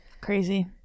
Crazy